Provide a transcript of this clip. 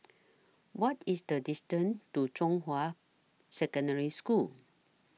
What IS The distance to Zhonghua Secondary School